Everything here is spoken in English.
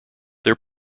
their